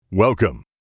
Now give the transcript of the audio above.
Welcome